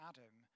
Adam